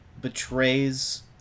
betrays